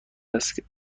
است